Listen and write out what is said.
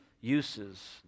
uses